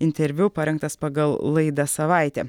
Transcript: interviu parengtas pagal laidą savaitė